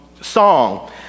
song